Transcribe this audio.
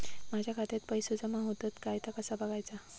माझ्या खात्यात पैसो जमा होतत काय ता कसा बगायचा?